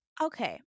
Okay